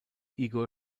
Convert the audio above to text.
igor